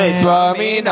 swami